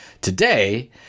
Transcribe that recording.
today